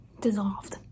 Dissolved